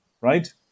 right